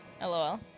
LOL